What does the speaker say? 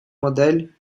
модель